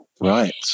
Right